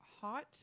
hot